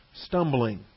stumbling